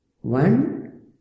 One